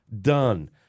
Done